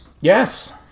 Yes